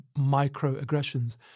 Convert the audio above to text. microaggressions